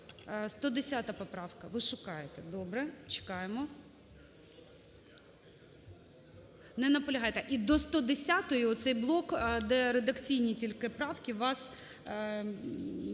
110 поправка. Ви шукаєте. Добре, чекаємо. Не наполягаєте? І до 110-ї, оцей блок, де редакційні тільки правки, у вас